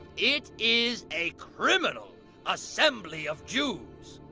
it is a criminal assembly of jews,